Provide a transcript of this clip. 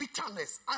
bitterness